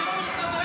אתה לא מרכז הליכוד.